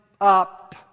up